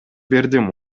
бердим